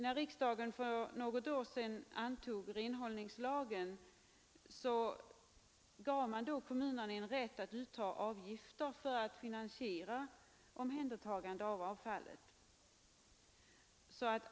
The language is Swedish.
När riksdagen för något år sedan antog renhållningslagen gav man kommunerna rätt att uttaga avgifter för att finansiera omhändertagande av avfall.